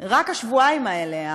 רק השבועיים האלה,